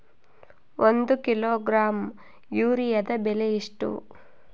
ಒಂದು ಕಿಲೋಗ್ರಾಂ ಯೂರಿಯಾದ ಬೆಲೆ ಎಷ್ಟು?